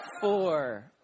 four